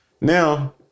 Now